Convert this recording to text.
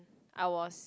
I was